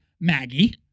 Maggie